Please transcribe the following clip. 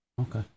Okay